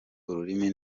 ururimi